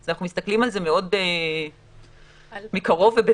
אנחנו מסתכלים על זה מאוד מקרוב ובדאגה.